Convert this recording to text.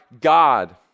God